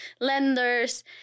lenders